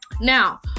Now